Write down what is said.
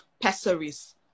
pessaries